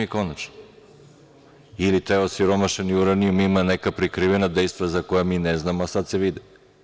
Ili taj osiromašeni uranijum ima neka prikrivena dejstva za koja mi ne znamo, a sad se vide?